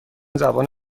زبان